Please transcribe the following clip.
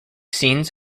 scenes